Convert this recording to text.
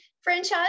franchise